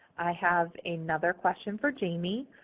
i have another question for jayme.